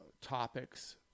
topics